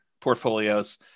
portfolios